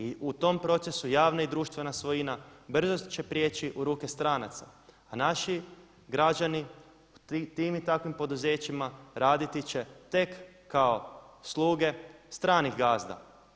I u tom procesu javna i društvena svojina brzo će prijeći u ruke stranaca, a naši građani u tim i takvim poduzećima raditi će tek kao sluge stranih gazda.